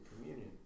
communion